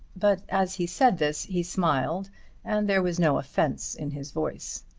but as he said this he smiled and there was no offence in his voice.